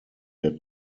der